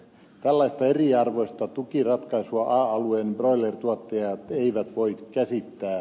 tällaista eriarvoista tukiratkaisua a alueen broilertuottajat eivät voi käsittää